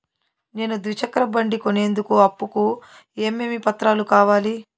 నేను ద్విచక్ర బండి కొనేందుకు అప్పు కు ఏమేమి పత్రాలు కావాలి?